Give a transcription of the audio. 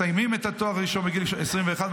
מסיימים את התואר הראשון בגיל 21,